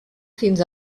fins